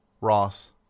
Ross